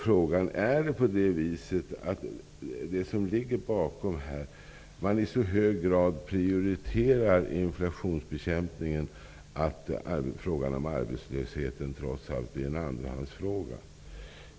Frågan blir då: Är det så att man i så hög grad prioriterar inflationsbekämpningen att frågan om arbetslösheten trots allt blir en andrahandsfråga?